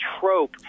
trope